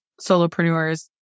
solopreneurs